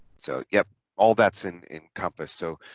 so yep all that's in encompass so